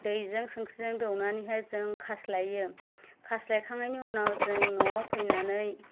दैजों संख्रिजों दौनानैहाय जों खास्लायो खास्लायखांनायनि उनाव जों न'आव फैनानै